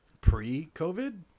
Pre-COVID